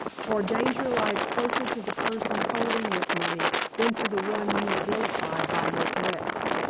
for danger lies closer to the person holding this money than to the one you vilify by your threats.